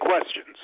questions